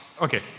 Okay